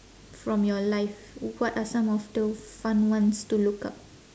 from your life what are some of the fun ones to look up